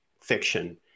fiction